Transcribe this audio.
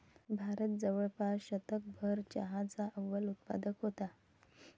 भारत जवळपास शतकभर चहाचा अव्वल उत्पादक होता